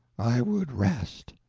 i would rest.